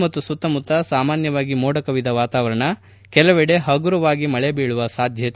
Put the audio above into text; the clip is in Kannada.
ಬೆಂಗಳೂರು ಮತ್ತು ಸುತ್ತಮುತ್ತ ಸಾಮಾನ್ಯವಾಗಿ ಮೋಡಕವಿದ ವಾತಾವರಣ ಕೆಲವೆಡೆ ಪಗರುವಾಗಿ ಮಳೆ ಬೀಳುವ ಸಾಧ್ಯತೆ